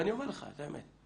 ואני אומר לך את האמת,